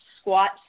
squat